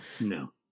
no